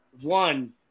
one